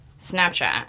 Snapchat